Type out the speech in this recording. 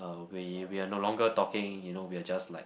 uh we we're no longer talking you know we're just like